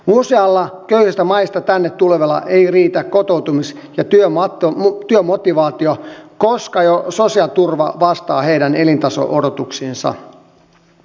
useilla köyhistä maista tänne tulevilla ei riitä kotoutumis ja työmotivaatio koska jo sosiaaliturva vastaa heidän elintaso odotuksiinsa